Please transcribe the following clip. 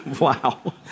Wow